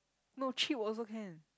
no cheap also can